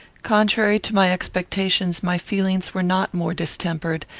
contrary to my expectations, my feelings were not more distempered,